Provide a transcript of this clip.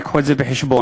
יביאו את זה בחשבון.